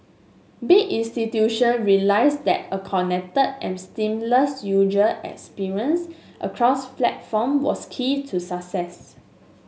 big institution realised that a connected and seamless user experience across platform was key to success